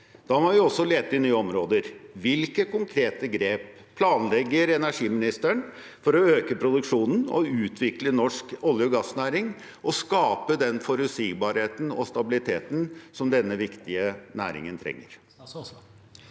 da må vi også lete i nye områder. Hvilke konkrete grep planlegger energiministeren for å øke produksjonen, utvikle norsk olje- og gassnæring og skape den forutsigbarheten og stabiliteten som denne viktige næringen trenger?